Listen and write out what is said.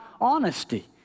Honesty